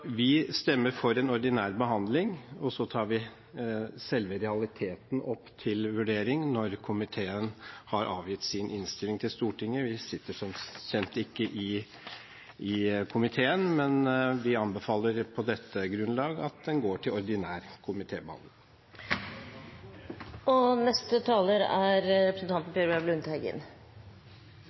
Vi stemmer for en ordinær behandling, og så tar vi selve realiteten opp til vurdering når komiteen har avgitt sin innstilling til Stortinget. Vi sitter som kjent ikke i komiteen, men vi anbefaler på dette grunnlag at den går til ordinær komitébehandling. På vegne av Senterpartiet vil jeg tilrå forslaget fra representanten